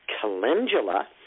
Calendula